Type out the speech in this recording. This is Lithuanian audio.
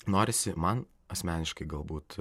norisi man asmeniškai galbūt